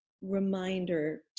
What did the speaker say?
reminder